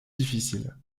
difficile